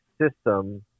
system